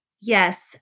Yes